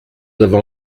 avons